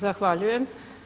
Zahvaljujem.